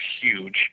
huge